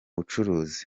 bucuruzi